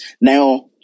Now